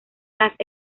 las